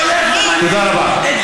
מה ההסתה הזאת, תודה רבה, חבר הכנסת נחמן שי.